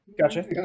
Gotcha